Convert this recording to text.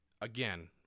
again